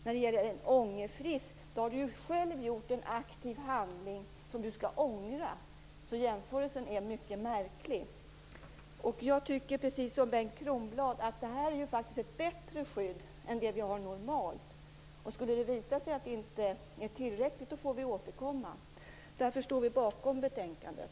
När det gäller en ångerfrist har man själv gjort en aktiv handling som man skall ångra. Jämförelsen är mycket märklig. Jag tycker, precis som Bengt Kronblad, att det här faktiskt är ett bättre skydd än det vi har nu. Skulle det visa sig att det inte är tillräckligt får vi återkomma. Därför står vi bakom betänkandet.